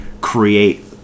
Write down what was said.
create